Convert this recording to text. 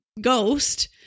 ghost